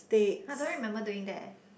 I don't remember doing that